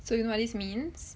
so you know what this means